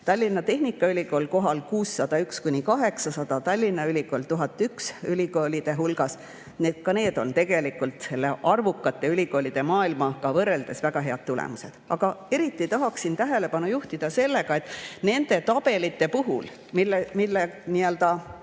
Tallinna Tehnikaülikool on kohal 601–800, Tallinna Ülikool 1001. kohal ülikoolide hulgas. Ka need on tegelikult selle arvukate ülikoolide maailmaga võrreldes väga head tulemused. Eriti tahaksin tähelepanu juhtida sellele, et nende tabelite puhul, mille